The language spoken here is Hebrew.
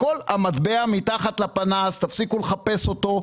המטבע מתחת לפנס, תפסיקו לחפש אותו.